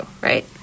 right